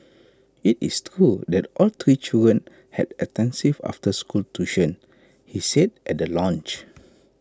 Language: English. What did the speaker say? IT is true that all three children had extensive after school tuition he said at the launch